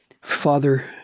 Father